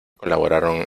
colaboraron